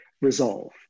resolve